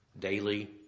daily